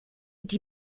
die